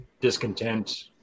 discontent